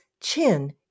chin